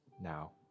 now